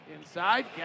Inside